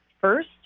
first